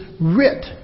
writ